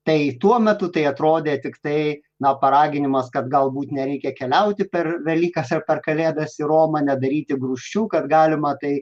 tai tuo metu tai atrodė tiktai na paraginimas kad galbūt nereikia keliauti per velykas ar per kalėdas į romą nedaryti grūsčių kad galima tai